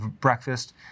breakfast